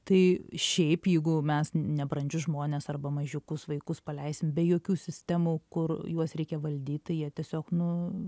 tai šiaip jeigu mes nebrandžius žmones arba mažiukus vaikus paleisim be jokių sistemų kur juos reikia valdyt tai jie tiesiog nu